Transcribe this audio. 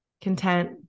content